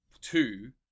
two